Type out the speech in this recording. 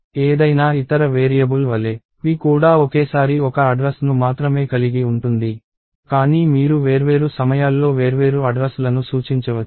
ఏదైనా ఇతర వేరియబుల్ వలె p కూడా ఒకేసారి ఒక అడ్రస్ ను మాత్రమే కలిగి ఉంటుంది కానీ మీరు వేర్వేరు సమయాల్లో వేర్వేరు అడ్రస్ లను సూచించవచ్చు